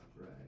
right